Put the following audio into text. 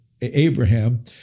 Abraham